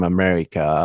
America